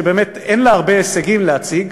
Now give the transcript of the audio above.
שבאמת אין לה הרבה הישגים להציג,